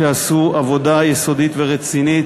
שבחנו את הנושא הזה ועשו עבודה יסודית ורצינית,